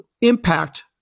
impact